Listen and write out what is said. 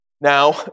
Now